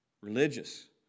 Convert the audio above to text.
Religious